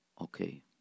okay